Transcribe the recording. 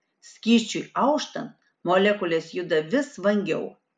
skysčiui auštant molekulės juda vis vangiau